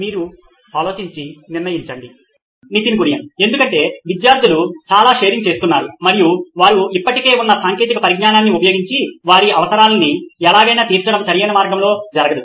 మీరు అలోచించి నిర్ణయించండి నితిన్ కురియన్ COO నోయిన్ ఎలక్ట్రానిక్స్ ఎందుకంటే విద్యార్థులు చాలా షేరింగ్ చేస్తున్నారు మరియు వారు ఇప్పటికే ఉన్న సాంకేతిక పరిజ్ఞానాన్ని ఉపయోగించి వారి అవసరాన్ని ఎలాగైనా తీర్చడం సరైన మార్గంలో జరగదు